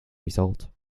result